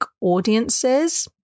audiences